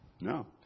No